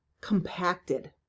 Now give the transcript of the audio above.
compacted